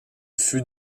fut